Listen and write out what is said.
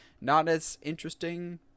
not-as-interesting